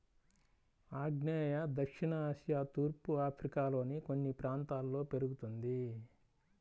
ఆగ్నేయ దక్షిణ ఆసియా తూర్పు ఆఫ్రికాలోని కొన్ని ప్రాంతాల్లో పెరుగుతుంది